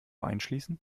einschließen